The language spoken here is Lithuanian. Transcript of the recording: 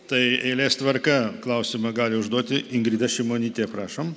tai eilės tvarka klausimą gali užduoti ingrida šimonytė prašom